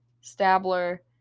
Stabler